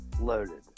loaded